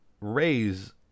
raise